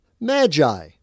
Magi